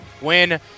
win